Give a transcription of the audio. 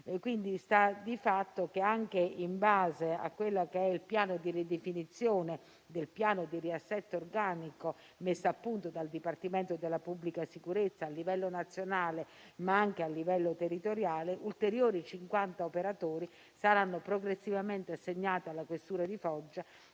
Quindi, sta di fatto che, anche in base al piano di ridefinizione e riassetto organico, messo a punto dal Dipartimento della pubblica sicurezza a livello nazionale, ma anche a livello territoriale, ulteriori 50 operatori saranno progressivamente assegnati alla questura di Foggia,